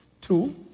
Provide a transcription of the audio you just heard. two